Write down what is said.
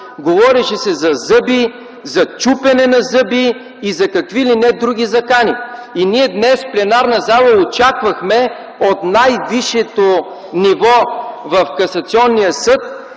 Говореше се за зъби, за чупене на зъби, за какви ли не други закани. И ние днес, в пленарната зала, очаквахме от най-висшето ниво в Касационния съд,